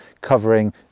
covering